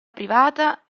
privata